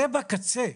זה בקצה,